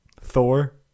Thor